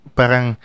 parang